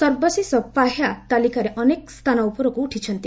ସର୍ବଶେଷ ପାହ୍ୟା ତାଲିକାରେ ଅନେକ ସ୍ଥାନ ଉପରକୃ ଉଠିଛନ୍ତି